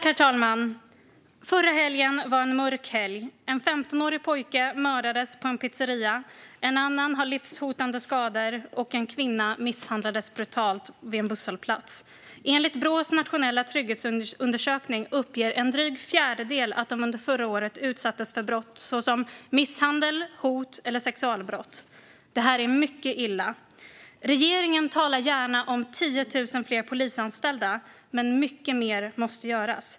Herr talman! Förra helgen var mörk. En 15-årig pojke mördades på en pizzeria, en annan fick livshotande skador och en kvinna misshandlades brutalt vid en busshållplats. I Brås nationella trygghetsundersökning uppger drygt en fjärdedel av befolkningen att de under förra året utsattes för brott som misshandel, hot eller sexualbrott. Det här är mycket illa. Regeringen talar gärna om 10 000 fler polisanställda, men mycket mer måste göras.